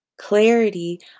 clarity